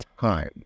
time